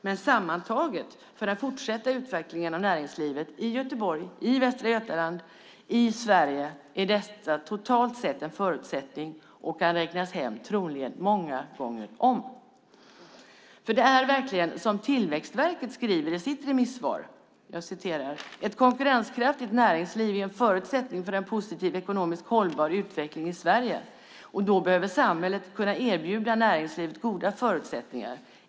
Men sammantaget, för den fortsatta utvecklingen av näringslivet i Göteborg, i Västra Götaland och i Sverige, är detta en förutsättning och kan troligen räknas hem många gånger om. Det är verkligen som Tillväxtverket skriver i sitt remissvar: Ett konkurrenskraftigt näringsliv är en förutsättning för en positiv ekonomiskt hållbar utveckling i Sverige. Då behöver samhället kunna erbjuda näringslivet goda förutsättningar.